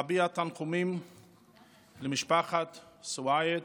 אביע תנחומים למשפחת סואעד